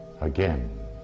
Again